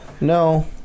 No